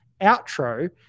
Outro